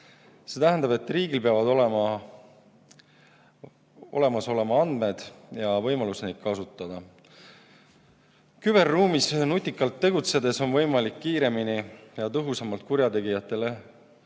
See tähendab, et riigil peavad olemas olema andmed ja võimalus neid kasutada. Küberruumis nutikalt tegutsedes on võimalik kiiremini ja tõhusamalt kurjategijatele